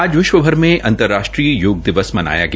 आज विश्वभर में अंतर्राष्ट्रीय योग दिवस मनाया गया